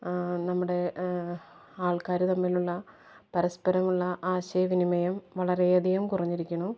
നമ്മുടെ ആൾക്കാരു തമ്മിലുള്ള പരസ്പരമുള്ള ആശയവിനിമയം വളരേയധികം കുറഞ്ഞിരിക്കുന്നു